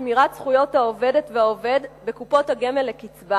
בשמירת זכויות העובדת והעובד בקופות הגמל לקצבה